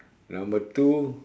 number two